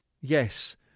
Yes